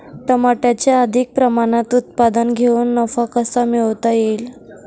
टमाट्याचे अधिक प्रमाणात उत्पादन घेऊन नफा कसा मिळवता येईल?